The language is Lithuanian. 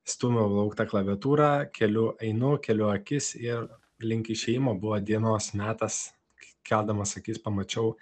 stumiau lauk tą klaviatūrą keliu einu keliu akis ir link išėjimo buvo dienos metas keldamas akis pamačiau